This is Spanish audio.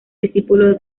discípulo